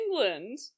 England